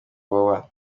iwawa